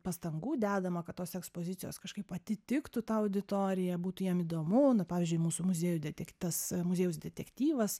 pastangų dedama kad tos ekspozicijos kažkaip atitiktų tą auditoriją būtų jiem įdomu na pavyzdžiui mūsų muziejuj detekt tas muziejaus detektyvas